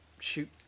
shoot